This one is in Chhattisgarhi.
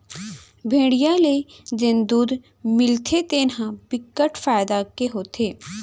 भेड़िया ले जेन दूद मिलथे तेन ह बिकट फायदा के होथे